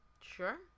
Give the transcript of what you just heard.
Sure